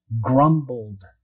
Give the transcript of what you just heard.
grumbled